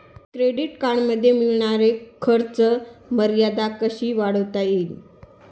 Credit कार्डमध्ये मिळणारी खर्च मर्यादा कशी वाढवता येईल?